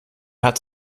hat